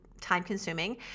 time-consuming